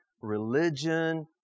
religion